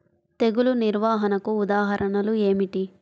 తెగులు నిర్వహణకు ఉదాహరణలు ఏమిటి?